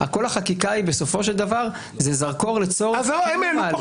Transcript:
כל החקיקה זה זרקור לצורך קיום ההליך.